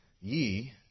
Ye